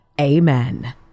Amen